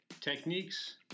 techniques